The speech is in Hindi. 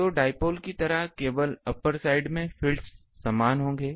तो डाइपोल की तरह केवल अपर साइड में फ़ील्ड्स समान होंगे